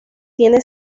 tiene